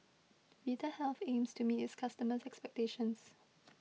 Vitahealth aims to meet its customers' expectations